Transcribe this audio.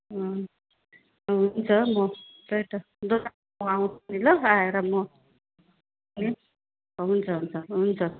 अँ हुन्छ म त्यही त दोकानमा म आउँछु नि ल आएर म हुन्छ हुन्छ हुन्छ